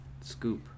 scoop